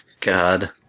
God